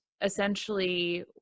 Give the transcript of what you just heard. essentially